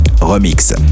remix